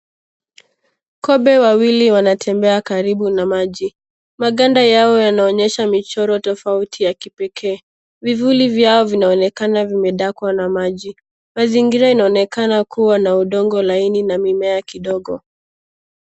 Kobe wawili wanatembea karibu na maji. Maganda yao yanaonyesha michoro tofauti yakipekee. Vivuli vyao vinaonekana vimedakwa na maji. Mazingira inaonekana kuwa na udongo laini na mimea kidogo.